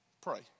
pray